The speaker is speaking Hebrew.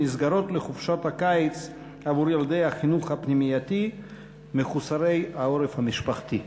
מסגרות לחופשת הקיץ עבור ילדי החינוך הפנימייתי מחוסרי העורף המשפחתי.